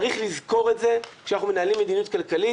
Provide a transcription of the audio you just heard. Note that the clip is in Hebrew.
צריך לזכור את זה, כשאנחנו מנהלים מדיניות כלכלית.